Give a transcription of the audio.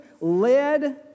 led